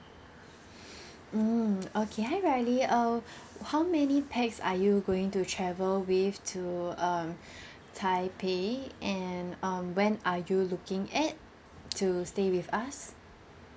mm okay hi riley uh how many pax are you going to travel with to um taipei and um when are you looking at to stay with us